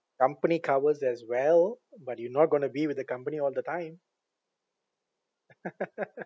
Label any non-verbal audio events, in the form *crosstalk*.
company covers as well but you're not going to be with the company all the time *laughs*